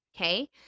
Okay